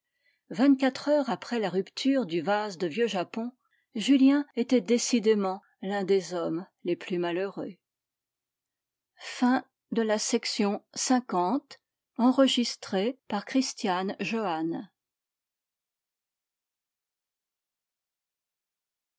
vingt-quatre heures après la rupture du vase de vieux japon julien était décidément l'un des hommes les plus malheureux chapitre xxi